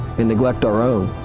and neglect our own,